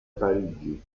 parigi